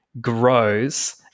grows